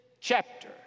chapter